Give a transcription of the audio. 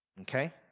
Okay